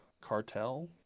cartel